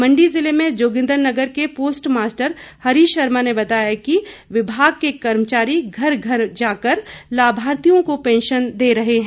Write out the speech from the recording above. मंडी ज़िले में जोगिंद्रनगर के पोस्टमास्टर हरीश शर्मा ने बताया कि विभाग के कर्मचारी घर घर जाकर लाभार्थियों को पैंशन दे रहे हैं